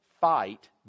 fight